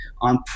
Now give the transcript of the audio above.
on